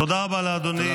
תודה רבה לאדוני.